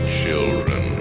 children